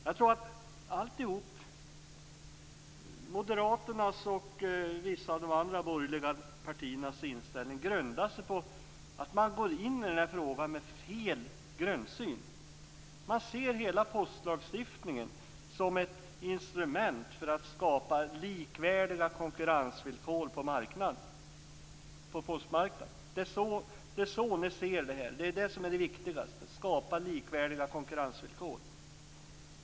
Jag tror att inställningen hos Moderaterna och vissa av de andra borgerliga partierna grundas på att man går in i frågan med fel grundsyn. Man ser hela postlagstiftningen som ett instrument för att skapa likvärdiga konkurrensvillkor på postmarknaden. Det viktigaste för er är ju att skapa likvärdiga konkurrensvillkor.